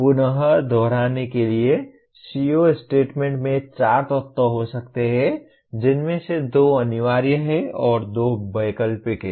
पुन दोहराने के लिए CO स्टेटमेंट में चार तत्व हो सकते हैं जिनमें से दो अनिवार्य हैं और दो वैकल्पिक हैं